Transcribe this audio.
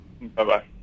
Bye-bye